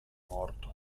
morto